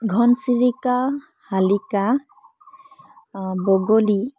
ঘনচিৰিকা শালিকা বগলী